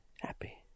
happy